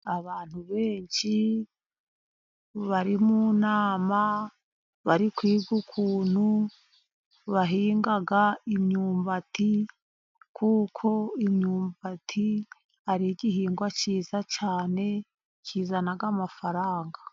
Abantu benshi bari mu nama bari kwiga ukuntu bahinga imyumbati, kuko imyumbati ari igihingwa cyiza cyane kizana amafaranga.